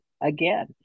again